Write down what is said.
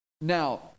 Now